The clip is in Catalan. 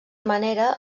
manera